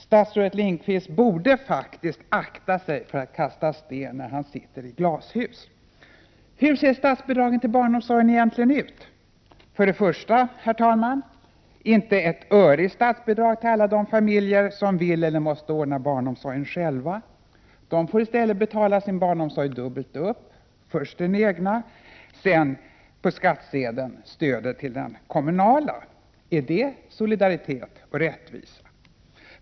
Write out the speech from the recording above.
Statsrådet Lindqvist borde faktiskt akta sig för att kasta sten när han sitter i glashus. För det första utges inte ett öre i statsbidrag till alla de familjer som vill eller måste ordna barnomsorgen själva. De får i stället betala barnomsorgen dubbelt upp. De får först betala den egna barnomsorgen, och därefter får de på skattsedeln betala stödet till den kommunala barnomsorgen. Är detta solidaritet och rättvisa?